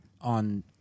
on